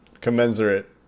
commensurate